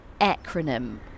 acronym